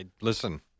Listen